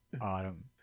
Autumn